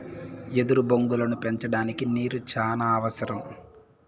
ఎదురు బొంగులను పెంచడానికి నీరు చానా అవసరం